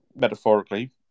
metaphorically